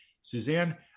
Suzanne